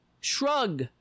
Shrug